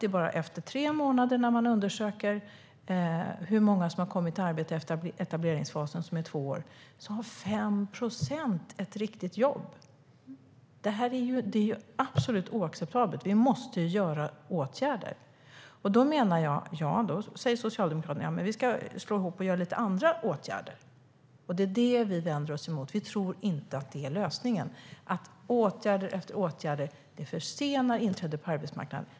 Man har sett efter hur många i etableringsfasen, som uppgår till två år, som efter tre månader har kommit in i arbete. Det är alltså 5 procent som har ett riktigt jobb. Det är ju absolut oacceptabelt. Vi måste vidta åtgärder. Då säger Socialdemokraterna att de ska slå ihop och vidta lite andra åtgärder. Det är det som vi vänder oss emot. Vi tror inte att det är lösningen att vidta åtgärd efter åtgärd. Det försenar inträdet på arbetsmarknaden.